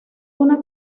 una